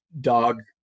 dog